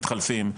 הם מתחלפים.